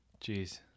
Jeez